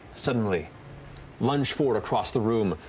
suddenly lunge forward across the room,